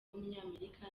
w’umunyamerika